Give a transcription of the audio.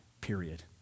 period